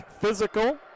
physical